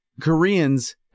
Koreans